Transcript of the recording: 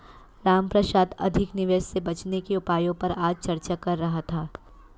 रामप्रसाद अधिक निवेश से बचने के उपायों पर आज चर्चा कर रहा था